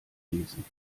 gewesen